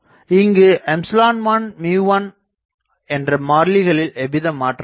இங்கு ε1 μ1என்ற மாறிலிகளில் எவ்வித மாற்றமும் இல்லை